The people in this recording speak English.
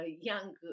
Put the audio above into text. young